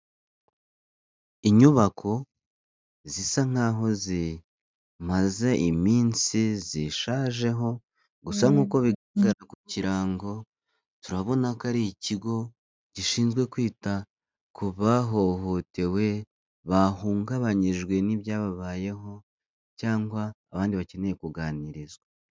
Inyubako zisa nk'a zimaze iminsi zishajeho, gusa nkuko biri kugaragara wagira ngo turabona ko ari ikigo gishinzwe kwita ku bahohotewe, bahungabanyijwe n'ibyababayeho cyangwa abandi bakeneye kuganirizwa.